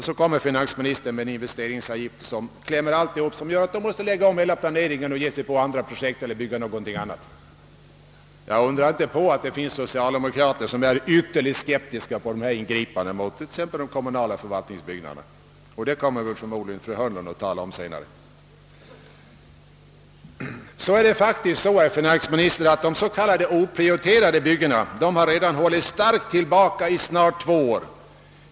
Så kommer finansministern med en investeringsavgift som gör att kommunen måste lägga om hela planeringen och ge sig på andra projekt Jag undrar inte på att det finns socialdemokrater som är ytterligt skeptiska mot dessa ingripanden mot de kommunala = förvaltningsbyggnaderna. Den frågan kommer förmodligen fru Hörnlund att tala om senare. De s.k. oprioriterade byggena har redan, herr finansminister, hållits starkt tillbaka i snart två år.